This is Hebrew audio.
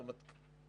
זאת אומרת,